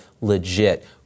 legit